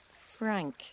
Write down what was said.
Frank